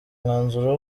umwanzuro